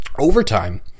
Overtime